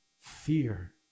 fear